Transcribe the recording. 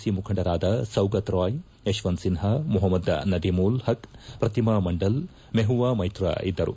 C ಮುಖಂಡರಾದ ಸೌಗತಾರಾಯ್ ಯಶ್ವಂತ್ ಸಿನ್ಹಾ ಮೊಹಮದ್ ನದಿಮೂಲ್ ಹಕ್ ಪ್ರತಿಮಾ ಮಂಡಲ್ ಮೊಹುವಾ ಮೈತ್ರಾ ಇದ್ದರು